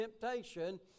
Temptation